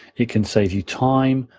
it can save you time,